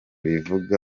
bivuga